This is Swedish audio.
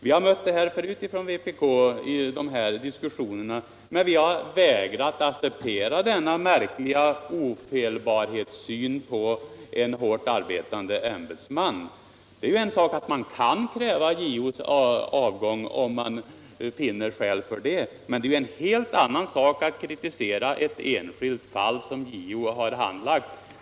Vi har mött den inställningen tidigare i sådana här diskussioner, men vi har vägrat att acceptera denna märkliga ofelbarhetssyn på en hårt arbetande ämbetsman. Det är en sak att man kan kriäva JO:s avgång, om man finner skäl för det, men det är en helt annan sak att kritisera handläggningen av ett enskilt fall.